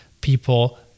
people